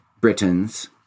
Britons